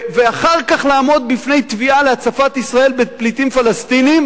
ואחר כך לעמוד בפני תביעה להצפת ישראל בפליטים פלסטינים,